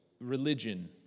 religion